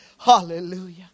Hallelujah